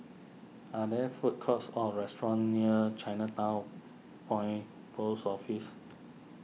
are there food courts or restaurants near Chinatown Point Post Office